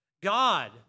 God